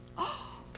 oh!